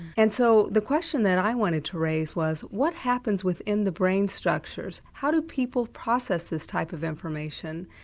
and so the question that i wanted to raise was what happens within the brain structures, how do people process this type of information?